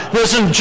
Listen